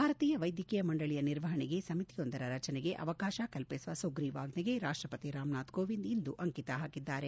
ಭಾರತೀಯ ವೈದ್ವಕೀಯ ಮಂಡಳಿಯ ನಿರ್ವಹಣೆಗೆ ಸಮಿತಿಯೊಂದರ ರಚನೆಗೆ ಅವಕಾಶ ಕಲ್ಲಿಸುವ ಸುಗ್ರಿವಾಜ್ಷೆಗೆ ರಾಷ್ಟಪತಿ ರಾಮನಾಥ್ ಕೋವಿಂದ್ ಇಂದು ಅಂಕಿತ ಹಾಕಿದ್ದಾರೆ